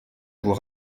vous